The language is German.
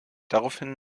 daraufhin